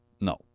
No